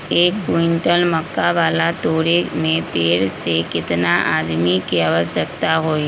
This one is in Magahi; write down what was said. एक क्विंटल मक्का बाल तोरे में पेड़ से केतना आदमी के आवश्कता होई?